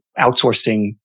outsourcing